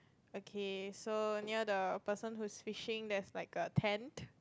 okay so near the person who's fishing there's like a tent